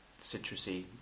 citrusy